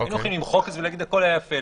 היו יכולים למחוק את זה ולהגיד הכול היה יפה.